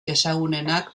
ezagunenak